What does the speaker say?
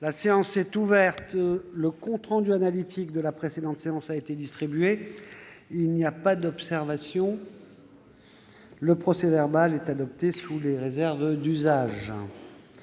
La séance est ouverte. Le compte rendu analytique de la précédente séance a été distribué. Il n'y a pas d'observation ?... Le procès-verbal est adopté sous les réserves d'usage.